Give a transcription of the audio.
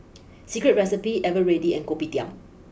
Secret Recipe Eveready and Kopitiam